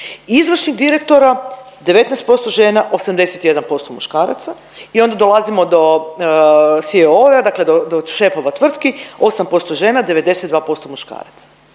Izvršnih direktora 19% žena, 81% muškaraca i onda dolazimo do …/Govornik se ne razumije./…dakle do, do šefova tvrtki, 8% žena, 92% muškaraca.